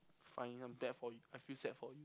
fine I'm for you I feel sad for you